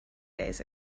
days